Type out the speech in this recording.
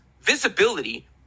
visibility